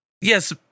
yes